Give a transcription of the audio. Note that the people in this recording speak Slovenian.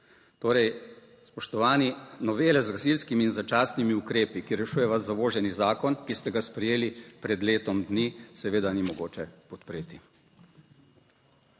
Torej, spoštovani, novele z gasilskimi in začasnimi ukrepi, ki rešuje zavoženi zakon, ki ste ga sprejeli pred letom dni, seveda ni mogoče podpreti.